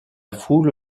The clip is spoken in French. foule